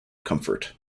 comfort